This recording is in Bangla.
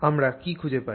আমরা কি খুঁজে পাই